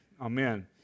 amen